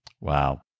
Wow